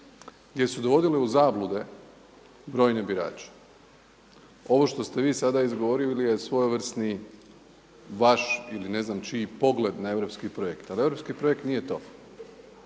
gdje su dovodile u zablude brojne birače. Ovo što ste vi sada izgovarali je svojevrsni vaš ili ne znam čiji pogled na europski projekt. Ali europski projekt nije to.